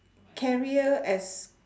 carrier as